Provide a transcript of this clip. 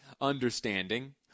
understanding